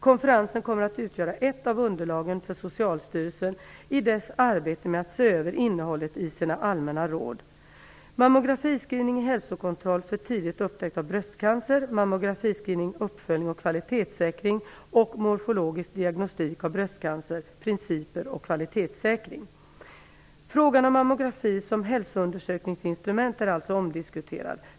Konferensen kommer att utgöra ett av underlagen för Socialstyrelsen i dess arbete med att se över innehållet i sina allmänna råd; Mammografiscreening - Frågan om mammografi som hälsoundersökningsinstrument är alltså omdiskuterad.